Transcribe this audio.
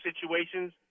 situations